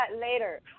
later